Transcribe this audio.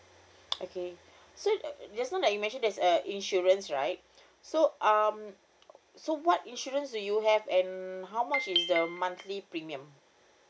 okay so uh just now that you mentioned there's uh insurance right so um so what insurance do you have and how much is the monthly premium